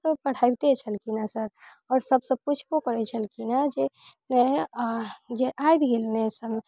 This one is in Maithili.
तब तक ओ पढ़ैबिते छलखिन हैं सर आओर सबसँ पूछबो करै छलखिन हँ जे जे आबि गेल ने